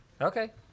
okay